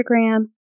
Instagram